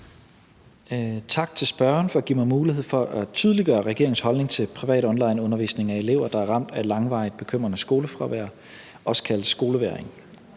Tak til spørgeren for at give mig mulighed for at tydeliggøre regeringens holdning til privat onlineundervisning af elever, der er ramt af et langvarigt bekymrende skolefravær, også kaldet skolevægring.